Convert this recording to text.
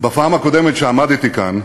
בפעם הקודמת כשעמדתי כאן,